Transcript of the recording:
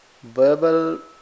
verbal